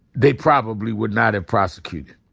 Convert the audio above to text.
they probably would not have prosecuted.